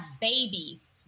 babies